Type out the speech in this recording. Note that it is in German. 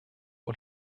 und